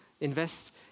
Invest